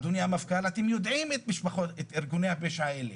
אדוני המפכ"ל, את ארגוני הפשע האלה